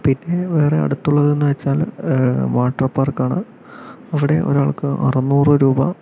പിന്നെ വേറെ അടുത്തുള്ളതെന്ന് വെച്ചാല് വാട്ടർ പാർക്കാണ് അവിടെ ഒരാൾക്ക് അറുന്നൂറ് രൂപ